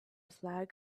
flag